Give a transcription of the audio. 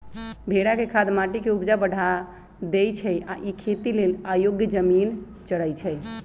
भेड़ा के खाद माटी के ऊपजा बढ़ा देइ छइ आ इ खेती लेल अयोग्य जमिन चरइछइ